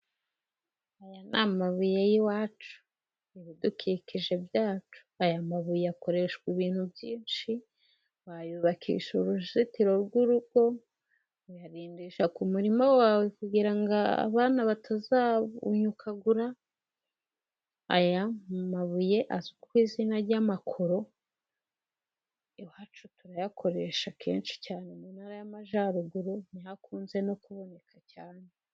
Aya n'amabuye y'iwacu ibidukikije byacu, aya mabuye akoreshwa ibintu byinshi wayubakisha uruzitiro rw'urugo. Uyarindisha ku murima wawe kugira abana batazawunyukagura. Aya mabuye azwi ku izina ry'amakoro, iwacu turayakoresha kenshi cyane mu ntara y'Amajyaruguru ntiyakunze no kuboneka cyane.